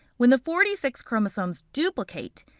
when the forty six chromosomes duplicate,